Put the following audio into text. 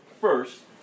first